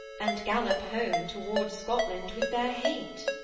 and gallop home toward scotland with their hate.